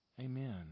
Amen